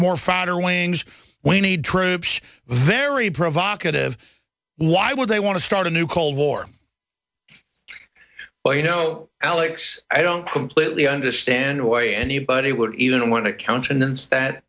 more fodder weighings we need troops very provocative why would they want to start a new cold war but you know alex i don't completely understand why anybody would even want to countenance that